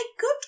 good